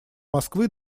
москвы